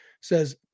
says